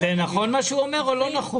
אני רק אגיד --- זה נכון מה שהוא אומר או לא נכון?